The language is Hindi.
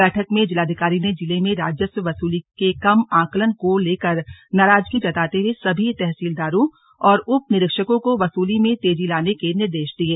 बैठक में जिलाधिकारी ने जिले में राजस्व वसूली के कम आंकलन को लेकर नाराजगी जताते हुए सभी तहसीदारों और उप निरीक्षकों को वसूली में तेजी लाने के निर्देश दिये